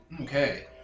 Okay